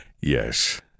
Yes